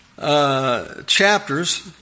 chapters